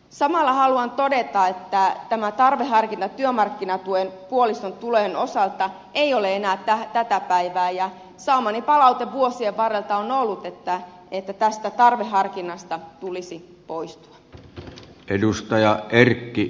samalla haluan todeta että tämä tarveharkinta työmarkkinatuen puolison tulojen osalta ei ole enää tätä päivää ja saamani palaute vuosien varrelta on ollut että tästä tarveharkinnasta tulisi poistua